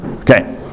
Okay